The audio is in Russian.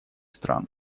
стран